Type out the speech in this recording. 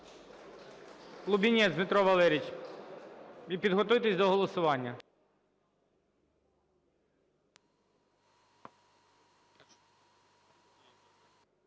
Лубінець Дмитро Валерійович. І підготуйтесь до голосування.